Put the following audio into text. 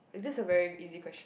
is this a very easy question